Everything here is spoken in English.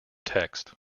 text